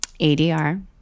ADR